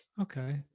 Okay